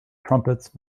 trumpets